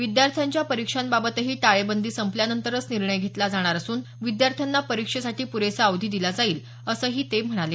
विद्यार्थ्यांच्या परीक्षांबाबतही टाळेबंदी संपल्यानंतरच निर्णय घेतला जाणार असून विद्यार्थ्यांना परीक्षेसाठी पुरेसा अवधी दिला जाईल असंही ते म्हणाले